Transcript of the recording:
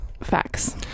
Facts